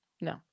no